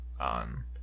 on